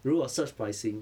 如果 surge pricing